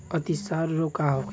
अतिसार रोग का होखे?